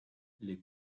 les